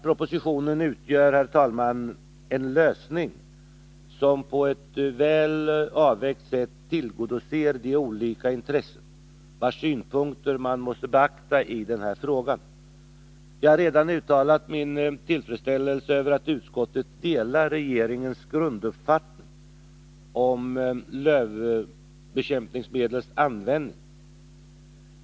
Propositionen utgör, herr talman, en lösning som på ett väl avvägt sätt tillgodoser de olika intressen vars synpunkter man måste beakta i den här frågan. Jag har redan uttalat min tillfredsställelse över att utskottet delar regeringens grunduppfattning om lövbekämpningsmedlens användning.